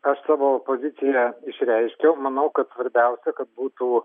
aš savo poziciją išreiškiau manau kad svarbiausia kad būtų